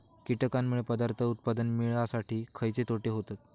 कीटकांनमुळे पदार्थ उत्पादन मिळासाठी खयचे तोटे होतत?